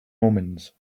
omens